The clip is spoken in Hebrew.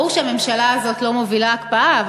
ברור שהממשלה הזאת לא מובילה הקפאה,